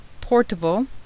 portable